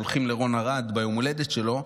שהולכים לרון ארד ביום ההולדת שלו,